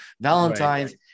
Valentine's